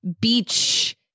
beach